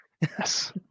Yes